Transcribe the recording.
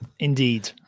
Indeed